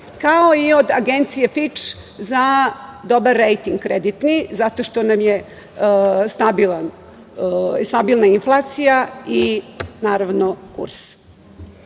kao i od Agencije Fič za dobar rejting kreditni zato što nam je stabilna inflacija i naravno